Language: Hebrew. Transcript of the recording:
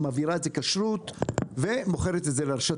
מעבירה את זה כשרות ומוכרת את זה לרשתות.